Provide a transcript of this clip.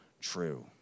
true